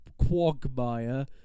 quagmire